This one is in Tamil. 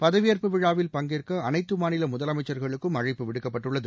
பதவியேற்பு விழாவில் பங்கேற்க அனைத்து மாநில முதலமைச்சர்களுக்கு ம் அழைப்பு விடுக்கப்பட்டுள்ளது